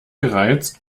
gereizt